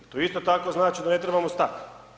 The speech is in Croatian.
To isto tako znači da ne trebamo stat.